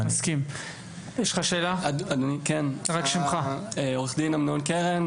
עורך דין אמנון קרן,